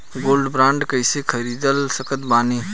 Gold bond कईसे खरीद सकत बानी?